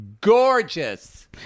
gorgeous